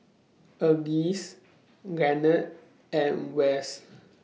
Alease Lanette and Wes